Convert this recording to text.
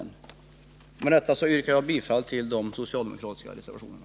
Med det anförda yrkar jag bifall till de socialdemokratiska reservationerna.